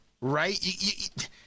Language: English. right